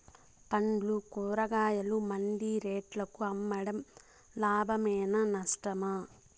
పండ్లు కూరగాయలు మండి రేట్లకు అమ్మడం లాభమేనా నష్టమా?